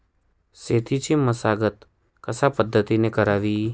शेतीची मशागत कशापद्धतीने करावी?